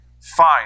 fine